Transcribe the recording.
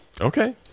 Okay